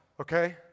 Okay